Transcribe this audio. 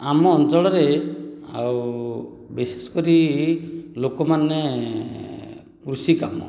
ଆମ ଅଞ୍ଚଳରେ ଆଉ ବିଶେଷ କରି ଲୋକମାନେ କୃଷି କାମ